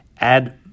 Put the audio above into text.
Add